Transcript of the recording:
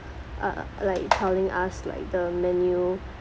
uh like telling us like the menu